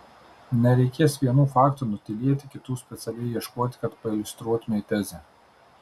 nereikės vienų faktų nutylėti kitų specialiai ieškoti kad pailiustruotumei tezę